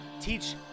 teach